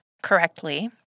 correctly